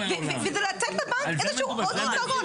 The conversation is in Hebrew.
וזה לתת לבנק איזה שהוא עוד יתרון.